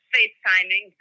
FaceTiming